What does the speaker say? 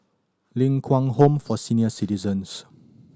Ling Kwang Home for Senior Citizens